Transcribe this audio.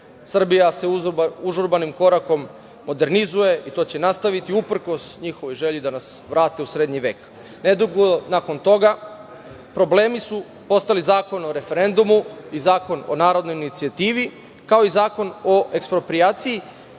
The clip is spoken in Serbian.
Srbija se užurbanim korakom modernizuje i to će nastaviti, uprkos njihovoj želji da nas vrate u srednji vek. Nedugo nakon toga, problemi su postali Zakon o referendumu i Zakon o narodnoj inicijativi, kao i Zakon o eksproprijaciji,